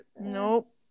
nope